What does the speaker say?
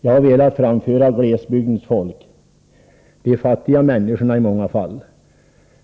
Jag har velat framföra vad som gäller för glesbygdens folk. Det är i många fall fattiga